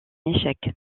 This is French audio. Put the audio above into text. échec